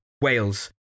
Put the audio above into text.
Wales